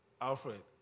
Alfred